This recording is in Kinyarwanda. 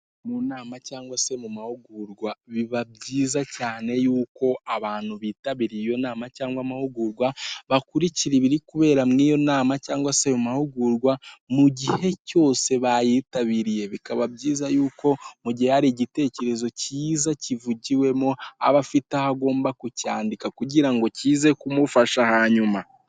Mu nama cyangwase mumahugurwa, biba byiza cyane yuko abantu bitabiriye iyonama cyangwa amahugurwa, bakurikiira ibiri kubera muri iyo nama cyangwa se ayo mahugurwa, mugihe cyose bayitabiriye bika byiza y'uko, mugihe hari igitekerezo kiza kivugiwemo, abafite aho agomba kucyandika kugira ngo kize kumufasha hanyuma.